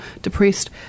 depressed